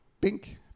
bink